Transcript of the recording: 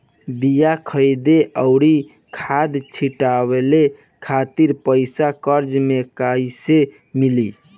बीया खरीदे आउर खाद छिटवावे खातिर पईसा कर्जा मे कहाँसे मिली?